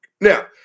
now